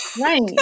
right